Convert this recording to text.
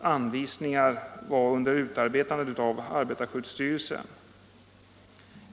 anvisningar var under utarbetande i arbetarskyddsstyrelsen.